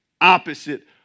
opposite